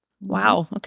Wow